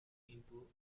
into